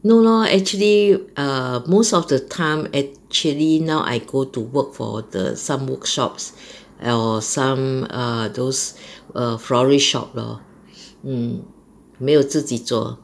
no lor actually err most of the time actually now I go to work for the some workshops err some err those err florist shop lor 没有自己做